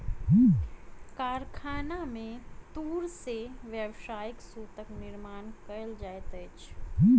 कारखाना में तूर से व्यावसायिक सूतक निर्माण कयल जाइत अछि